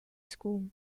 school